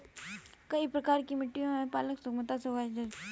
कई प्रकार की मिट्टियों में पालक सुगमता से उगाया जा सकता है